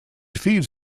feeds